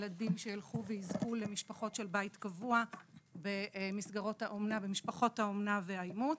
ילדים שילכו ויזכו למשפחות של בית קבוע במשפחות האומנה והאימוץ,